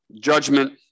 judgment